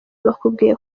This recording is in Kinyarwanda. bakubwiye